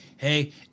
Hey